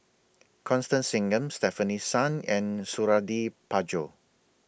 Constance Singam Stefanie Sun and Suradi Parjo